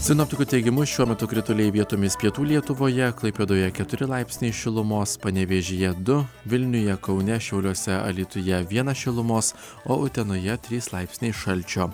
sinoptikų teigimu šiuo metu krituliai vietomis pietų lietuvoje klaipėdoje keturi laipsniai šilumos panevėžyje du vilniuje kaune šiauliuose alytuje vienas šilumos o utenoje trys laipsniai šalčio